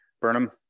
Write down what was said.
Burnham